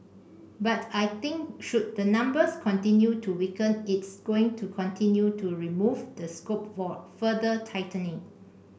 but I think should the numbers continue to weaken it's going to continue to remove the scope for further tightening